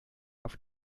auf